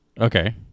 okay